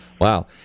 Wow